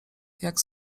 jak